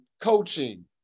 coaching